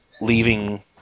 leaving